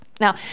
Now